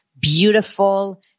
beautiful